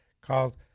called